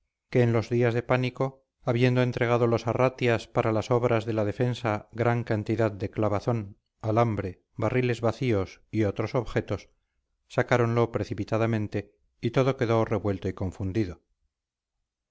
que en los días del pánico habiendo entregado los arratias para las obras de la defensa gran cantidad de clavazón alambre barriles vacíos y otros objetos sacáronlo precipitadamente y todo quedó revuelto y confundido